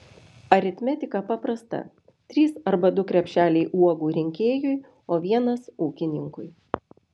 aritmetika paprasta trys arba du krepšeliai uogų rinkėjui o vienas ūkininkui